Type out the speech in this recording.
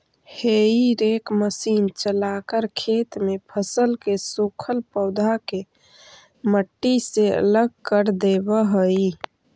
हेई rake machine चलाकर खेत में फसल के सूखल पौधा के मट्टी से अलग कर देवऽ हई